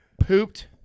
pooped